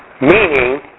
meaning